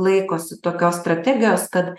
laikosi tokios strategijos kad